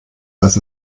dass